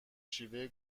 شیوه